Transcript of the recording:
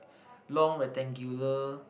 long rectangular